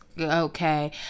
okay